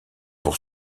pour